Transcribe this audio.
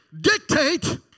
dictate